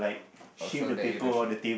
also that you don't